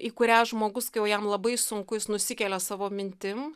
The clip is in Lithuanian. į kurią žmogus kai jau jam labai sunku jis nusikelia savo mintim